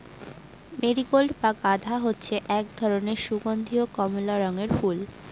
marigold বা গাঁদা ফুল হচ্ছে এক ধরনের সুগন্ধীয় কমলা রঙের ফুল